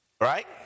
Right